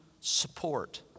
support